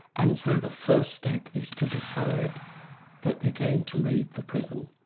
and so the first step is to decide that they're going to leave the prison.